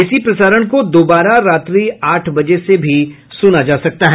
इसी प्रसारण को दोबारा रात्रि आठ बजे से भी सुना जा सकता है